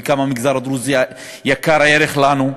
וכמה המגזר הדרוזי יקר ערך לנו,